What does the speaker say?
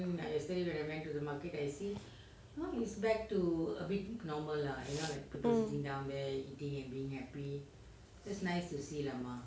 mm